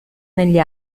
negli